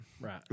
Right